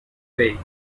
bay